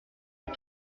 des